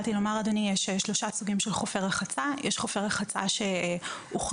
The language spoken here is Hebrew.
יש שלושה סוגים של חופי רחצה: יש חופי רחצה שהוכרזו